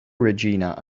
regina